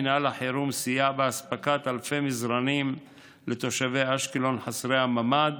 מינהל החירום סייע באספקת אלפי מזרנים לתושבי אשקלון חסרי הממ"ד